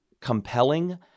compelling